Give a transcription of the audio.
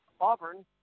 Auburn